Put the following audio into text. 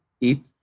eat